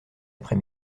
après